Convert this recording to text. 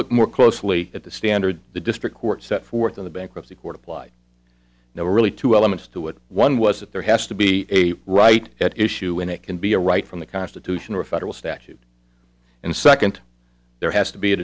look more closely at the standard the district court set forth in the bankruptcy court apply now really two elements to it one was that there has to be a right at issue and it can be a right from the constitution or a federal statute and second there has to be a